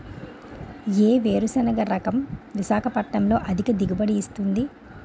ఏ వేరుసెనగ రకం విశాఖపట్నం లో అధిక దిగుబడి ఇస్తుంది?